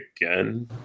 again